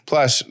Plus